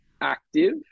active